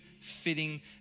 fitting